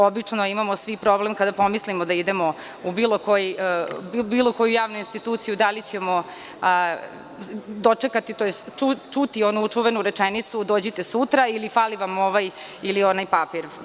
Obično imamo svi problem kada pomislimo da idemo u bilo koju javnu instituciju, da li ćemo dočekati, tj. čuti ovu čuvenu rečenicu – dođite sutra ili fali vam ovaj ili onaj papir.